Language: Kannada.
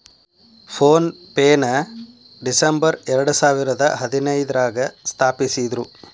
ಫೋನ್ ಪೆನ ಡಿಸಂಬರ್ ಎರಡಸಾವಿರದ ಹದಿನೈದ್ರಾಗ ಸ್ಥಾಪಿಸಿದ್ರು